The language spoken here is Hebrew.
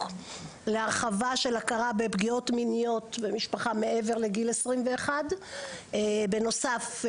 להרחבה של הכרה בפגיעות מיניות במשפחה מעבר לגיל 21. בנוסף,